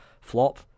flop